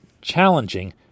challenging